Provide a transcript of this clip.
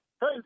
Hey